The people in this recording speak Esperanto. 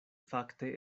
fakte